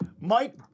Mike